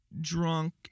drunk